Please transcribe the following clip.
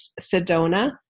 Sedona